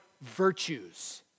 virtues